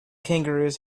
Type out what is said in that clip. kangaroos